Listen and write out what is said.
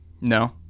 No